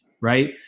right